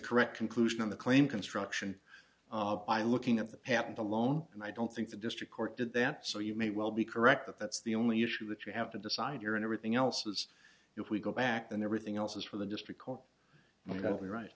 correct conclusion on the claim construction by looking at the patent alone and i don't think the district court did that so you may well be correct that that's the only issue that you have to decide your and everything else is if we go back and everything else is for the district court we're going to be right